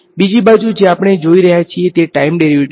બીજી વસ્તુ જે આપણે જોઈ રહ્યા છીએ તે ટાઈમ ડેરીવેટીવ છે